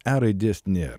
e raidės nėr